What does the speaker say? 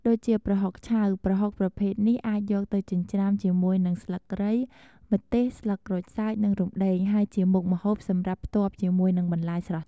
ដូចជាប្រហុកឆៅ ប្រហុកប្រភេទនេះអាចយកទៅចិញ្ច្រាំជាមួយនឹងស្លឹកគ្រៃ ម្ទេស ស្លឹកក្រូចសើច និងរំដេង ហើយជាមុខម្ហូបសម្រាប់ផ្ទាប់ជាមួយនឹងបន្លែស្រស់។